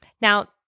Now